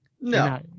No